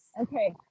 Okay